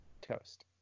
Toast